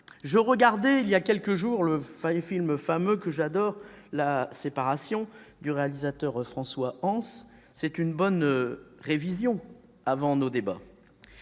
Je regardais, il y a quelques jours, un film fameux, que j'adore,, du réalisateur François Hanss. C'était une bonne révision avant nos débats